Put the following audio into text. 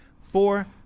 Four